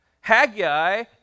Haggai